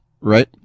right